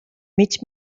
mig